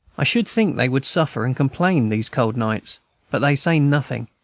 i should think they would suffer and complain these cold nights but they say nothing,